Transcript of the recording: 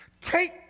take